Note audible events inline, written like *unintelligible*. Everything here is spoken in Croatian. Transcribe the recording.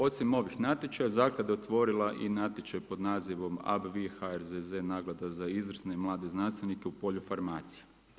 Osim ovih natječaja zaklada je otvorila i natječaj pod nazivom … *unintelligible* naklada za izvrsne i mlade znanstvenike u polju farmacija.